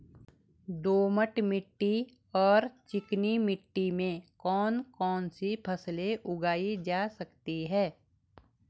दोमट मिट्टी और चिकनी मिट्टी में कौन कौन सी फसलें उगाई जा सकती हैं?